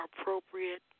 appropriate